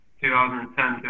2010